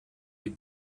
wie